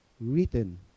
Written